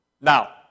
Now